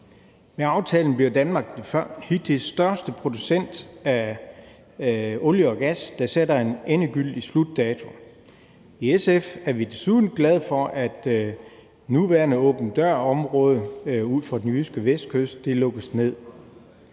Med aftalen bliver Danmark den hidtil største producent af olie og gas, der sætter en endegyldig slutdato. I SF er vi desuden glade for, at det nuværende åben dør-område ud for den jyske vestkyst lukkes ned.